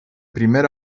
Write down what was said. primer